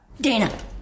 Dana